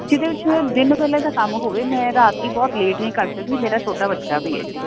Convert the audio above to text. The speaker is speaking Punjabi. ਜਿਹਦੇ ਵਿੱਚ ਦਿਨ ਵੇਲੇ ਦਾ ਕੰਮ ਹੋਵੇ ਮੈਂ ਰਾਤ ਦੀ ਬਹੁਤ ਲੇਟ ਨਹੀਂ ਕਰ ਸਕਦੀ ਮੇਰਾ ਛੋਟਾ ਬੱਚਾ ਵੀ ਹੈ ਜੀ